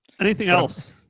anything else?